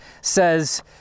says